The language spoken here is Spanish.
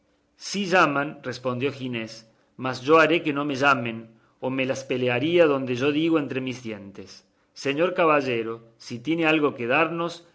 sí llaman respondió ginés mas yo haré que no me lo llamen o me las pelaría donde yo digo entre mis dientes señor caballero si tiene algo que darnos